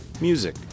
music